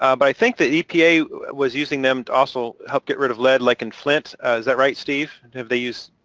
ah but i think the epa was using them also help get rid of lead, like in flint, is that right, steve? have they use.